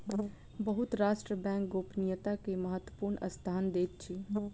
बहुत राष्ट्र बैंक गोपनीयता के महत्वपूर्ण स्थान दैत अछि